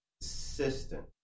consistent